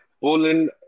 Poland